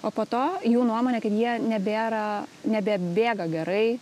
o po to jų nuomonė kad jie nebėra nebebėga gerai